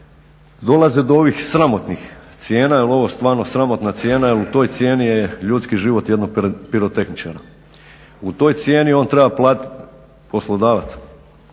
dolaze do ovih sramotnih cijena jer ovo je stvarno sramotna cijena jel u toj cijeni je ljudski život jednog pirotehničara. U toj cijeni poslodavac treba platiti gorivo,